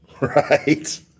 Right